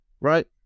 right